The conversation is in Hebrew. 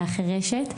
ילדה חירשת,